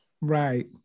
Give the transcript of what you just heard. Right